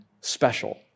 special